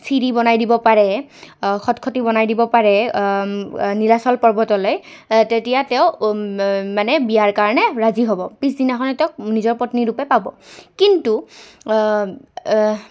চিৰি বনাই দিব পাৰে খটখটি বনাই দিব পাৰে নীলাচল পৰ্বতলৈ তেতিয়া তেওঁ মানে বিয়াৰ কাৰণে ৰাজি হ'ব পিছদিনাখনে তেওঁক নিজৰ পত্নীৰূপে পাব কিন্তু